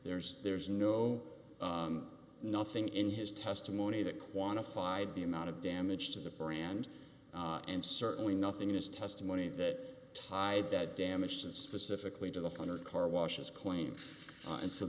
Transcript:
there's there's no nothing in his testimony that quantified the amount of damage to the brand and certainly nothing in his testimony that tied that damaged and specifically to the one hundred carwashes claim and so